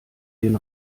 den